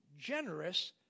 generous